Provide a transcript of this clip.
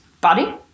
body